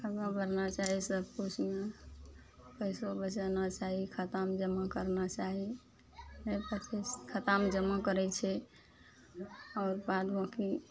आगा बढ़ना चाही सबकिछुमे पैसो बचाना चाही खातामे जमा करना चाही फेर कथी खातामे जमा करय छै आओर बाद बाकी